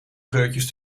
geurtjes